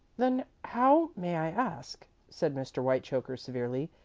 then how, may i ask, said mr. whitechoker, severely,